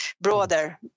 broader